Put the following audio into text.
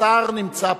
השר נמצא פה.